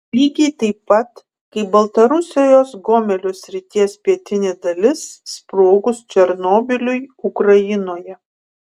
lygiai taip pat kaip baltarusijos gomelio srities pietinė dalis sprogus černobyliui ukrainoje